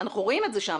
אנחנו רואים את זה שם.